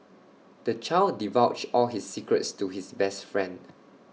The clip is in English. the child divulged all his secrets to his best friend